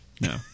No